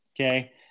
Okay